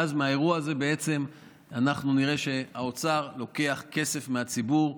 ואז מהאירוע הזה בעצם אנחנו נראה שהאוצר לוקח כסף מהציבור,